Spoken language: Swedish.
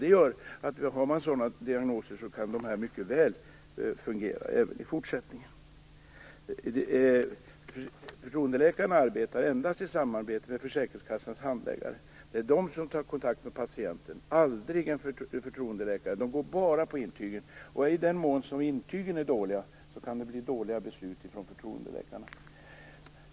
Det gör att om man har sådana diagnoser kan de mycket väl fungera även i fortsättningen. Förtroendeläkaren arbetar endast i samarbete med försäkringskassans handläggare. Det är dessa som tar kontakt med patienten - aldrig en förtroendeläkare. De går bara på intygen. I den mån intygen är dåliga kan det bli dåliga beslut från förtroendeläkarna.